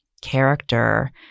character